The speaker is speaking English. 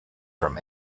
from